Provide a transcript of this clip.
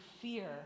fear